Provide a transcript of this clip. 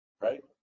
right